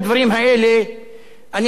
אני רוצה למתוח ביקורת על ערוץ-10,